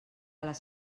les